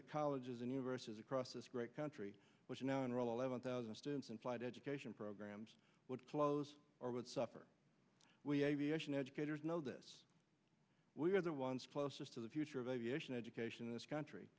that colleges and universities across this great country which now enroll of one thousand students in flight education programs would close or would suffer we aviation educators know this we are the ones closest to the future of aviation education in this country